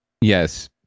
Yes